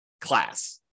class